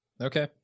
Okay